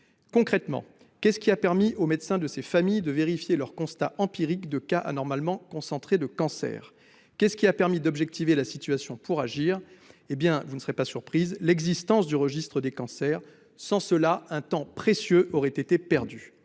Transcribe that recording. Concrètement, qu'est-ce qui a permis aux médecins des familles concernées de vérifier leur constat empirique de cas anormalement concentrés de cancers ? Qu'est-ce qui a permis d'objectiver la situation pour agir ? Eh bien, vous n'en serez pas surprise, il s'agit de l'existence d'un registre des cancers. Sans cela, un temps précieux aurait été perdu.